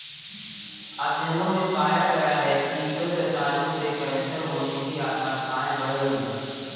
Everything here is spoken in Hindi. अध्ययनों में पाया गया है कि कृषि रसायनों से कैंसर होने की आशंकाएं बढ़ गई